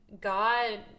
God